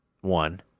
One